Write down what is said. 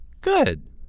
Good